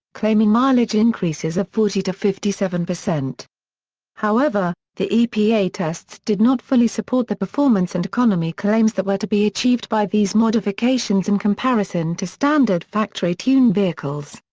claiming mileage increases of forty to fifty seven. however, the epa tests did not fully support the performance and economy claims that were to be achieved by these modifications in comparison to standard factory tuned vehicles.